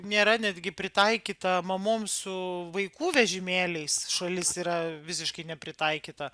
nėra netgi pritaikyta mamom su vaikų vežimėliais šalis yra visiškai nepritaikyta